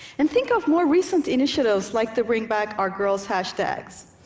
and think of more recent initiatives, like the bringbackourgirls hashtags.